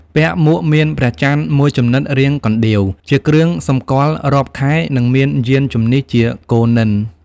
ពាក់មួកមានព្រះចន្រ្ទមួយចំណិតរាងកណ្តៀវ ជាគ្រឿងសម្គាល់រាប់ខែ និងមានយានជំនិះ ជាគោនន្ទិ។។